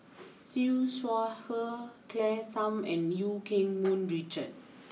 Siew Shaw Her Claire Tham and Eu Keng Mun Richard